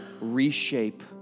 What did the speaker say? reshape